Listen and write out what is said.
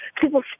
people